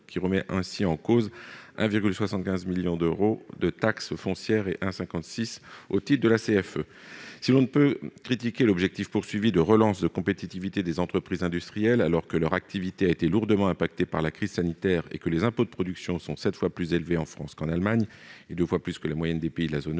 remettant ainsi en cause 1,75 milliard d'euros de taxe foncière et 1,56 milliard d'euros de CFE. Si nous ne pouvons critiquer l'objectif de relance de la compétitivité des entreprises industrielles, alors que leur activité a été lourdement affectée par la crise sanitaire et que les impôts de production sont sept fois plus élevés en France qu'en Allemagne- et en moyenne deux fois plus que dans les pays de la zone euro -,